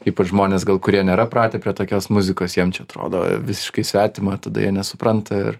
ypač žmonės gal kurie nėra pratę prie tokios muzikos jiem čia atrodo visiškai svetimą tada jie nesupranta ir